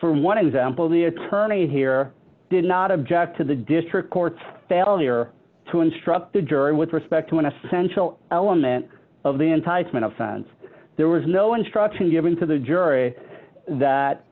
for one example the attorney here did not object to the district court's failure to instruct the jury with respect to an essential element of the enticement offense there was no instruction given to the jury that